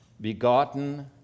begotten